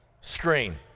Screen